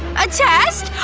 a test!